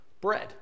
bread